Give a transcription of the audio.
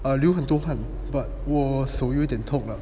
ah 留很多汗 but 我手有点痛 lah